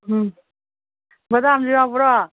ꯎꯝ ꯕꯗꯥꯝꯁꯨ ꯌꯥꯎꯕ꯭ꯔꯣ